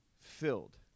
filled